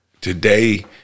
today